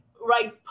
right